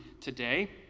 today